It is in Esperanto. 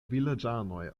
vilaĝanoj